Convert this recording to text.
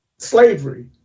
slavery